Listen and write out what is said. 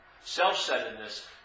Self-centeredness